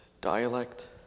dialect